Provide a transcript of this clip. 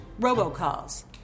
robocalls